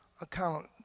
account